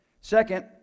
Second